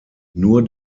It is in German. nur